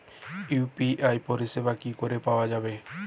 UPI পরিষেবা কি করে পাওয়া যাবে?